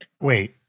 Wait